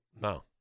No